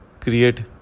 create